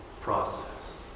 process